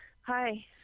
Hi